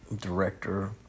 Director